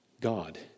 God